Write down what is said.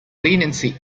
leniency